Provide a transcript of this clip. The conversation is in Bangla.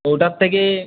তো ওটার থেকে